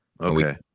okay